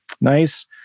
Nice